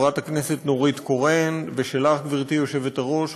חברת הכנסת נורית קורן וגברתי היושבת-ראש,